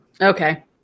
okay